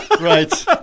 Right